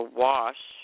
wash